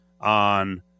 on